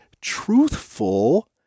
truthful